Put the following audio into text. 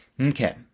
Okay